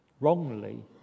wrongly